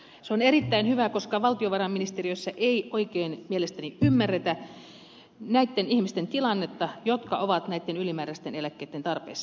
se on erittäin hyvä koska valtiovarainministeriössä ei oikein mielestäni ymmärretä näitten ihmisten tilannetta jotka ovat näitten ylimääräisten eläkkeitten tarpeessa